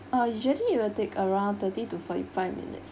uh usually it will take around thirty to forty five minutes